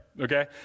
okay